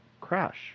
crash